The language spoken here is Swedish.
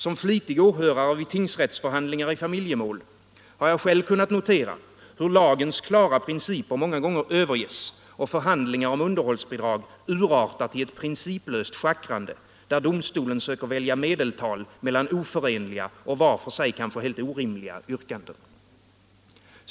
Som flitig åhörare vid tingsrättsförhandlingar i familjemål har jag själv kunnat notera hur lagens klara principer många gånger överges och förhandlingar om underhållsbidrag urartar till ett principlöst schackrande, där domstolen söker välja medeltal mellan oförenliga och var för sig kanske helt orimliga yrkanden.